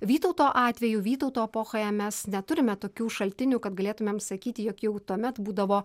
vytauto atveju vytauto epochoje mes neturime tokių šaltinių kad galėtumėm sakyti jog jau tuomet būdavo